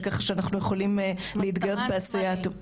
שאנחנו יכולים להתגאות בעשייה שלהם.